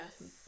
Yes